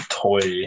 toy